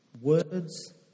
Words